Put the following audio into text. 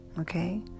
okay